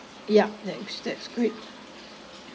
yup that's that's great